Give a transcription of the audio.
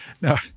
no